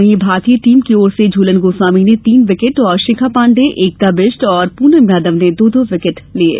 वहीं भारतीय टीम की ओर से झूलन गोस्वामी ने तीन विकेट और शिखा पाण्डे एकता बिष्ट और पूनम यादव ने दो दो विकेट लिये